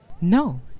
no